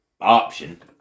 option